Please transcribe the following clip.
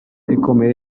ikomeye